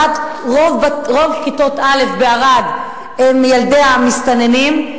רוב כיתות א' בערד הן של ילדי המסתננים,